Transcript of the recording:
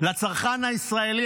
לצרכן הישראלי,